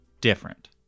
different